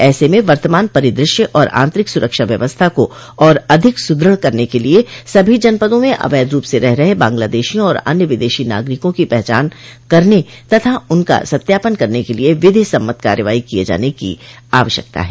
ऐसे में वर्तमान परिदृश्य और आतंरिक सुरक्षा व्यवस्था को और अधिक सुदृढ़ करने के लिये सभी जनपदों में अवैध रूप से रह रहे बांग्लादेशियों और अन्य विदेशी नागरिकों की पहचान करने तथा उनका सत्यापन करने के लिये विधि समस्त कार्रवाई किये जाने की आवश्यकता है